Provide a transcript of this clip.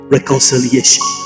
reconciliation